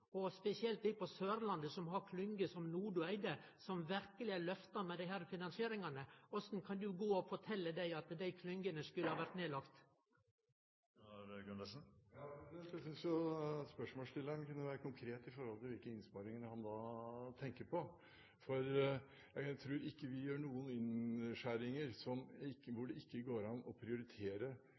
Og spesielt på Sørlandet som har klyngje som NODE, som verkeleg er lyfta med desse finansieringane, korleis kan du gå og fortelje dei at dei klyngjene skulle ha vore nedlagde? Jeg synes jo at spørsmålsstilleren kunne være konkret i forhold til hvilke innsparinger han da tenker på, for jeg tror ikke vi har noen nedskjæringer som gjør at det ikke går an å prioritere